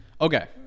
Okay